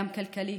גם כלכלי,